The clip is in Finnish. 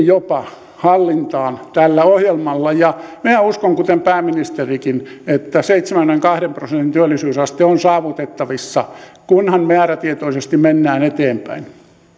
jopa velkaantumisenkin hallintaan tällä ohjelmalla ja minä uskon kuten pääministerikin että seitsemänkymmenenkahden prosentin työllisyysaste on saavutettavissa kunhan määrätietoisesti mennään eteenpäin